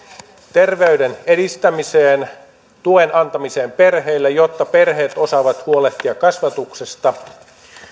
terveyden edistämiseen tuen antamiseen perheille jotta perheet osaavat huolehtia kasvatuksesta